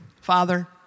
Father